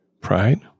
Pride